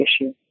issue